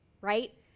right